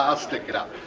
ah stick it up.